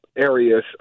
areas